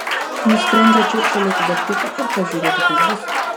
nusprendžiau čirkštelėti degtuką ir pažiūrėti kas bus